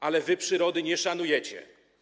Ale wy przyrody nie szanujecie.